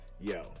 Yo